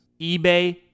eBay